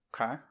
okay